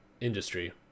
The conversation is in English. industry